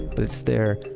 but it's their,